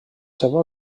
seva